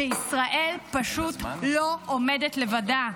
שישראל פשוט לא עומדת לבדה.